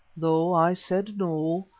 though i said no,